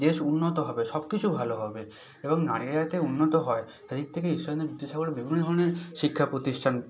দেশ উন্নত হবে সব কিছু ভালো হবে এবং নারীরা যাতে উন্নত হয় সেদিক থেকে ঈশ্বরচন্দ্র বিদ্যাসাগর বিভিন্ন ধরনের শিক্ষা প্রতিষ্ঠান